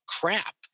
crap